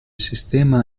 sistema